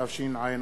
התשע"א